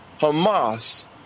Hamas